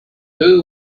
who